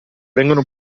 vengono